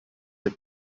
the